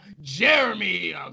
jeremy